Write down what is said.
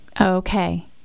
Okay